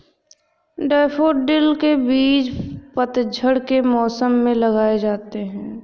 daffodil के बीज पतझड़ के मौसम में लगाए जाते हैं